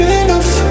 enough